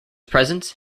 presence